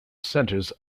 centres